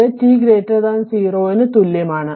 ഇത് t 0 ന് തുല്യമാണ്